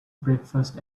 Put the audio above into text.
breakfast